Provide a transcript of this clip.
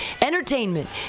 entertainment